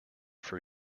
for